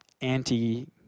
anti